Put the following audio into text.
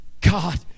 God